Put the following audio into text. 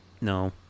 no